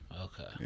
Okay